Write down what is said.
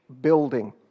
building